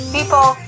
People